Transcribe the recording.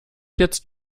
jetzt